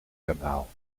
kanaal